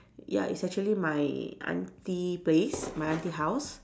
ya it's actually my aunty place my aunty house